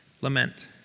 lament